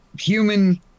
human